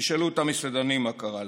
תשאלו את המסעדנים מה קרה להם.